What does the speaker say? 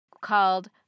called